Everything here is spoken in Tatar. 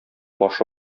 башы